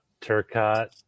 Turcotte